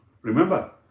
Remember